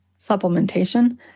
supplementation